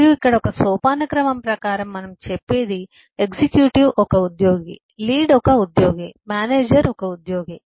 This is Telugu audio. మరియు ఇక్కడ ఒక సోపానక్రమం ప్రకారం మనము చెప్పేది ఎగ్జిక్యూటివ్ ఒక ఉద్యోగి లీడ్ ఒక ఉద్యోగి మేనేజర్ ఒక ఉద్యోగి